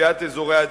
לקביעת אזורי עדיפות,